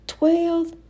Twelve